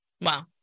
Wow